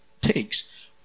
takes